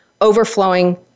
overflowing